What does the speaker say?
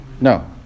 No